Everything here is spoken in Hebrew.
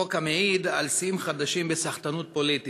חוק המעיד על שיאים חדשים בסחטנות פוליטית.